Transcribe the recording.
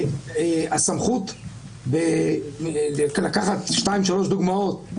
הסמכות לקחת שתיים-שלוש דוגמאות,